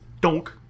donk